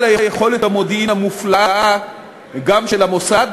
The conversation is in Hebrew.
יכולת המודיעין המופלאה גם של המוסד,